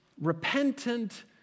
repentant